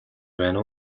байна